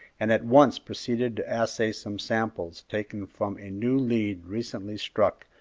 and at once proceeded to assay some samples taken from a new lead recently struck,